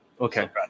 Okay